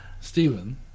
Stephen